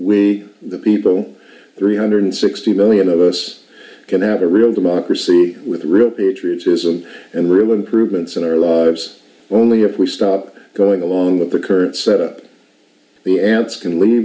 we the people three hundred sixty million of us can have a real democracy with real patriotism and real improvements in our lives only if we stop going along with the current set up the ants can